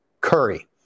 curry